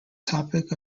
topic